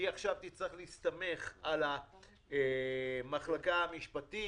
היא עכשיו תצטרך להסתמך על המחלקה המשפטית,